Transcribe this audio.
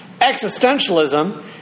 existentialism